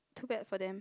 too bad for them